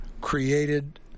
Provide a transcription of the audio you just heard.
created